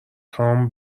خوام